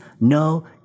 no